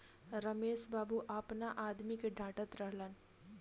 रमेश बाबू आपना आदमी के डाटऽत रहलन